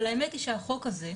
אבל האמת היא שהחוק הזה,